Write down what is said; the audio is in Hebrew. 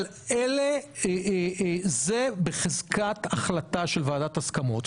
אבל זה בחזקת החלטה של ועדת הסכמות.